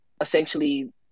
essentially